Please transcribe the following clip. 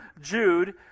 Jude